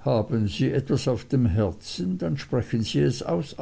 haben sie irgend etwas auf dem herzen dann sprechen sie es aus